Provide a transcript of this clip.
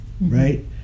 right